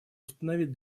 установить